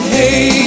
Hey